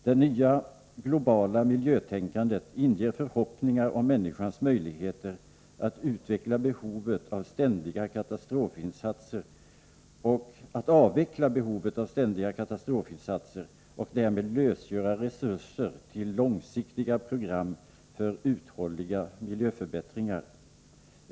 Det nya globala miljötänkandet inger förhoppningar om människans möjligheter att avveckla behovet av ständiga katastrofinsatser och därmed lösgöra resurser till långsiktiga program för uthålliga miljöförbättringar.